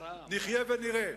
נחיה ונראה.